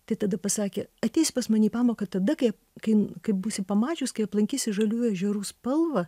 tai tada pasakė ateisi pas mane į pamoką tada kai kai kai būsi pamačius kai aplankysi žaliųjų ežerų spalvą